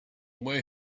where